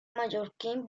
mallorquín